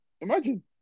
Imagine